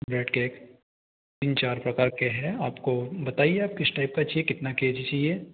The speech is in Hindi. ब्रेड केक तीन चार प्रकार के हैं आपको बताइए आप किस टाइप का चाहिए कितना के जी चाहिए